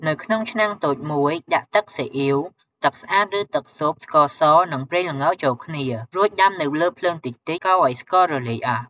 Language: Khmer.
នៅក្នុងឆ្នាំងតូចមួយ ដាក់ទឹកស៊ីអុីវ ទឹកស្អាតឬទឹកស៊ុប ស្ករស និងប្រេងល្ងចូលគ្នា រួចដាំនៅលើភ្លើងតិចៗ កូរឲ្យស្កររលាយអស់។។